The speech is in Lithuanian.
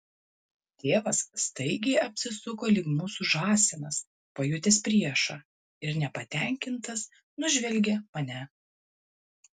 tėvas staigiai apsisuko lyg mūsų žąsinas pajutęs priešą ir nepatenkintas nužvelgė mane